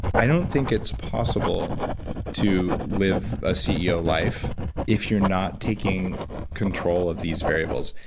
i don't think it's possible to live a ceo life if you're not taking control of these variables.